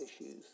issues